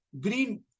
green